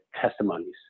testimonies